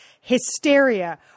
hysteria